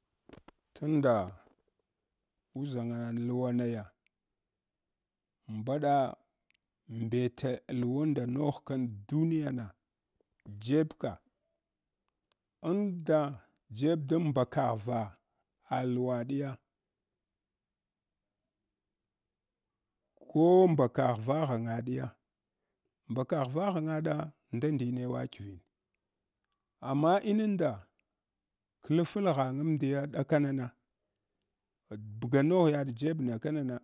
Tunda uʒanga luwa naya mbaɗa mbete alwunda nuhkan duniya na jeb ka an da jeb dan mbakaghva ah huwadiya ko mbakaghva ghangaɗiya mbaka ghva ghanga ɗa ndadinewadavin amma inanda klafla ghangmdiya ɗakana na abga noga yaɗ yebna kana na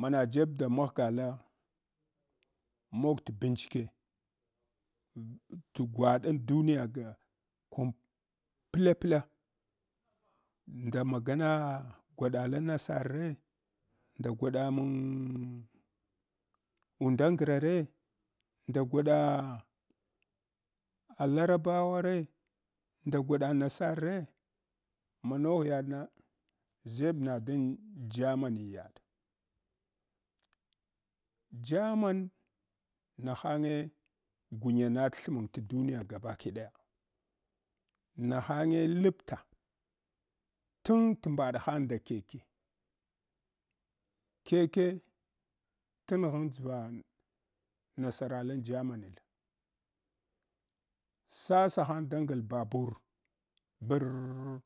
mana jeb da maghagala mog t’ bincike t’ gwaɗan duniya kum pla ple nda magana gwaɗa lan nasar re, nda gwaɗa mang unda ngra re, nda gwaɗa ah larabawa re, nda gwada nasar re, manogh yaɗ na ʒeb na dang germany yaɗ. German nahange gunyana thmang t’ duniya gabakiɗaya nahange lipta tan tmbaɗ hang nda keke, keke t’ nghan dʒva nasara lan germanyla sasa hang da ngle babur burrrr.